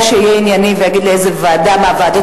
שיהיה ענייני ויגיד או לאיזו ועדה מהוועדות